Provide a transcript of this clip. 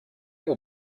will